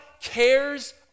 cares